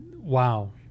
wow